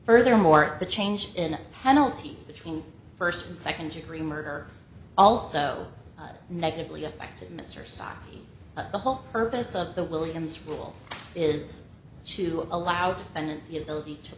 furthermore the change in penalties between first and second degree murder also negatively affected mr sock the whole purpose of the williams rule is to allow defendant the ability to